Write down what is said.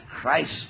Christ